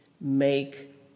make